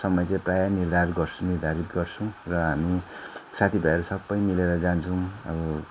समय चाहिँ प्रायः निर्धारित गर्छौँ निर्धारित गर्छौँ र हामी साथी भाइहरू सबै मिलेर जान्छौँ अब